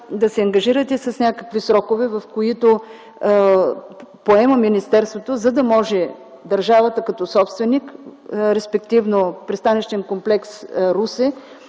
да се ангажирате с някакви срокове, които министерството поема, за да може държавата като собственик, респективно Пристанищен комплекс – Русе,